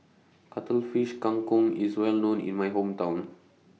Cuttlefish Kang Kong IS Well known in My Hometown